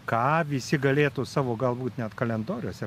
ką visi galėtų savo galbūt net kalendoriuose